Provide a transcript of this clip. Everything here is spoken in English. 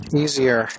easier